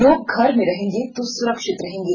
लोग घर में रहेंगे तो सुरक्षित रहेंगे